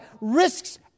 risks